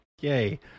yay